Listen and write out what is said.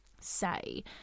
say